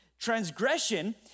Transgression